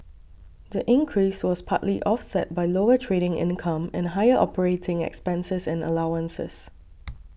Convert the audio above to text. the increase was partly offset by lower trading income and higher operating expenses and allowances